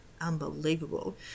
unbelievable